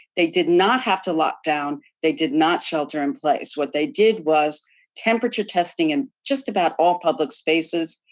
they did not have to lock down, they did not shelter in place. what they did was temperature testing in just about all public spaces,